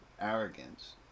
arrogance